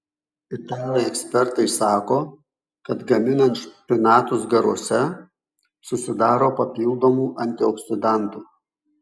italai ekspertai sako kad gaminant špinatus garuose susidaro papildomų antioksidantų